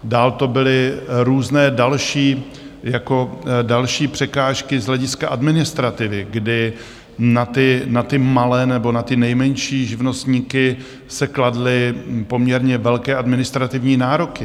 Dál to byly různé další překážky z hlediska administrativy, kdy na ty malé nebo na ty nejmenší živnostníky se kladly poměrně velké administrativní nároky.